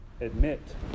admit